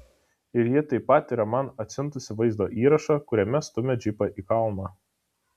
ir ji taip pat yra man atsiuntusi vaizdo įrašą kuriame stumia džipą į kalną